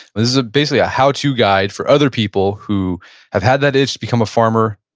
this is basically a how to guide for other people who have had that itch to become a farmer,